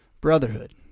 brotherhood